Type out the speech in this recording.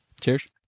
cheers